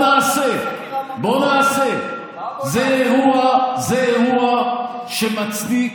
הוא לא מדבר איתי, הוא מדבר איתו, הוא מדבר עם בר